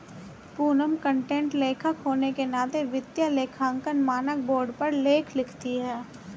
Poonam content लेखक होने के नाते वित्तीय लेखांकन मानक बोर्ड पर लेख लिखती है